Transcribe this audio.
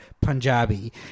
Punjabi